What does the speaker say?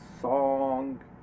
song